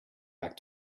back